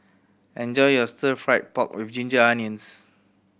enjoy your Stir Fry pork with ginger onions